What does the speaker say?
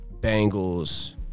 Bengals